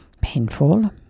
painful